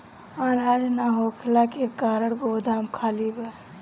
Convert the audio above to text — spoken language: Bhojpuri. अनाज ना होखला के कारण गोदाम खाली बा